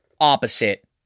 Opposite